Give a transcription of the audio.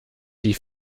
die